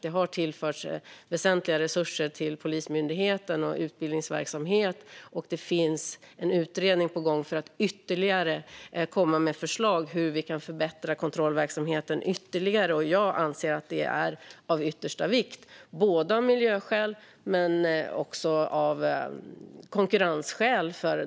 Det har tillförts väsentliga resurser till Polismyndigheten och utbildningsverksamhet, och det finns en utredning på gång för att komma med fler förslag på hur vi kan förbättra kontrollverksamheten ytterligare. Jag anser att det är av yttersta vikt av miljöskäl men också av konkurrensskäl.